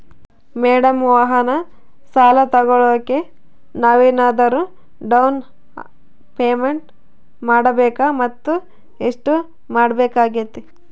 Madam ವಾಹನ ಸಾಲ ತೋಗೊಳೋಕೆ ನಾವೇನಾದರೂ ಡೌನ್ ಪೇಮೆಂಟ್ ಮಾಡಬೇಕಾ ಮತ್ತು ಎಷ್ಟು ಕಟ್ಬೇಕಾಗ್ತೈತೆ?